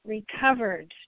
Recovered